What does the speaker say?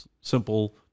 simple